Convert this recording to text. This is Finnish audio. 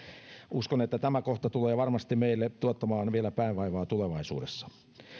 uskon että tämä kohta tulee varmasti meille tuottamaan vielä päänvaivaa tulevaisuudessa